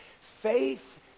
Faith